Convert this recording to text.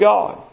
God